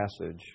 passage